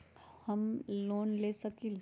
हम लोन ले सकील?